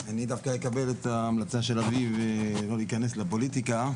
אני דווקא אקבל את ההמלצה של אביב ולא אכנס לפוליטיקה.